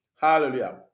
Hallelujah